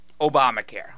Obamacare